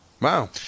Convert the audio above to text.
Wow